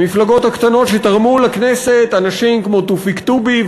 המפלגות הקטנות שתרמו לכנסת אנשים כמו תופיק טובי,